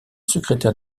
secrétaire